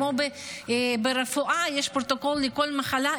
כמו שברפואה יש פרוטוקול לכל מחלה,